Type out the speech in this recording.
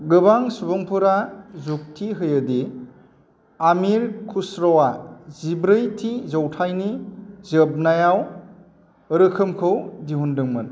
गोबां सुबुंफोरा जुक्ति होयोदि आमिर खुस्र'आ जिब्रैथि जौथाइनि जोबनायाव रोखोमखौ दिहुन्दोंमोन